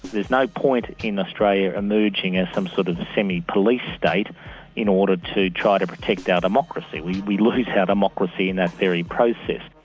there's no point in australia emerging as some sort of semi-police state in order to try to protect our democracy we we lose our democracy in that very process.